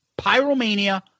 pyromania